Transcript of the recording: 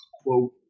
quote